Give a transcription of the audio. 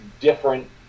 different